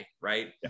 right